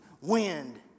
wind